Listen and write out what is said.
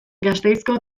gasteizko